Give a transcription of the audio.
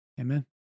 Amen